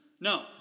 No